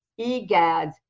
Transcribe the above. egads